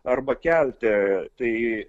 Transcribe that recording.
arba kelte tai